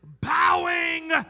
bowing